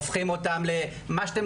הופכים אותן לגנבים,